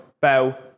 Bell